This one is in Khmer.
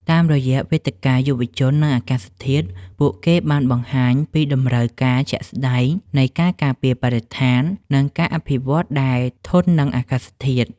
តាមរយៈវេទិកាយុវជន និងអាកាសធាតុ ពួកគេបានបង្ហាញពីតម្រូវការជាក់ស្ដែងនៃការការពារបរិស្ថាន និងការអភិវឌ្ឍដែលធន់នឹងអាកាសធាតុ។